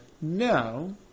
no